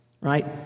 Right